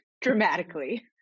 dramatically